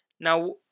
Now